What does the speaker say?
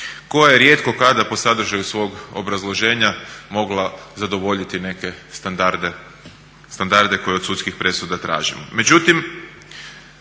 koja je rijetko kada po sadržaju svog obrazloženja mogla zadovoljiti neke standarde koje od sudskih presuda tražimo.